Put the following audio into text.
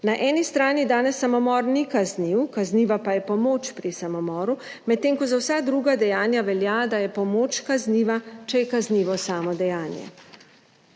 Na eni strani danes samomor ni kazniv, kazniva pa je pomoč pri samomoru, medtem ko za vsa druga dejanja velja, da je pomoč kazniva, če je kaznivo samo dejanje.